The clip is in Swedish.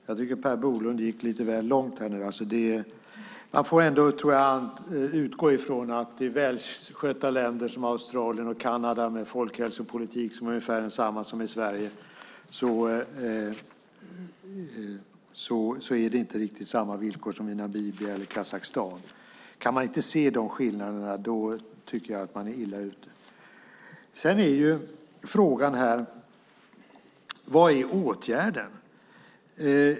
Herr talman! Jag tycker att Per Bolund gick lite väl långt nu. Jag tror ändå att man får utgå ifrån att det i välskötta länder som Australien och Kanada, med en folkhälsopolitik som är ungefär densamma som i Sverige, inte är riktigt samma villkor som i Namibia eller Kazakstan. Kan man inte se dessa skillnader tycker jag att man är illa ute. Sedan är frågan: Vad är åtgärden?